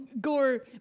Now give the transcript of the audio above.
Gore